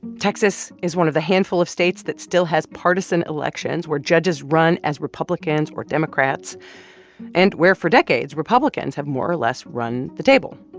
texas is one of a handful of states that still has partisan elections where judges run as republicans or democrats and where, for decades, republicans have more or less run the table.